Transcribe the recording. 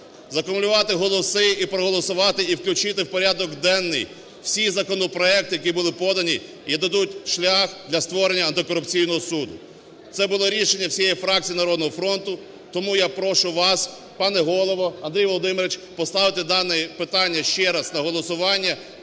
закумулювати голоси і проголосувати, і включити в порядок денний всі законопроекти, які були подані і дадуть шлях для створення Антикорупційного суду. Це було рішення всієї фракції "Народного фронту". Тому я прошу вас, пане Голово, Андрій Володимирович, поставити дане питання ще раз на голосування